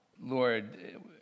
Lord